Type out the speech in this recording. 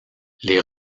les